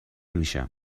میشم